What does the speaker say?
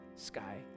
Sky